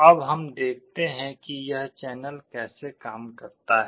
अब हम देखते हैं कि यह चैनल कैसे काम करता है